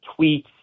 tweets